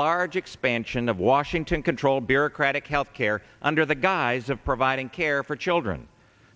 large expansion of washington controlled bureaucratic health care under the guise of providing care for children